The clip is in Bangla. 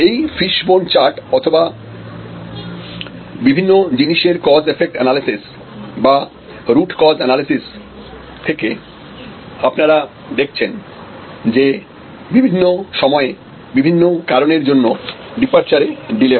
এই ফিশ বোন চার্ট অথবা বিভিন্ন জিনিসের কজ এফেক্ট অ্যানালিসিস বা রুট কজ অ্যানালিসিস থেকে আপনারা দেখছেন যে বিভিন্ন সময়ে বিভিন্ন কারণের জন্য ডিপারচার এ ডিলে হয়